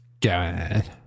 God